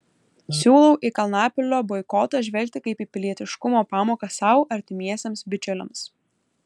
siūlau į kalnapilio boikotą žvelgti kaip į pilietiškumo pamoką sau artimiesiems bičiuliams